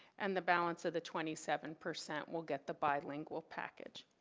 and the balance of the twenty seven percent will get the bilingual package.